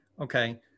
Okay